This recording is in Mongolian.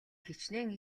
хэчнээн